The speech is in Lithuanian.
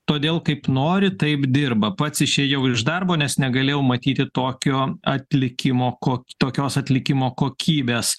todėl kaip nori taip dirba pats išėjau iš darbo nes negalėjau matyti tokio atlikimo ko tokios atlikimo kokybės